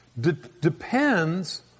depends